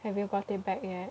have you got it back yet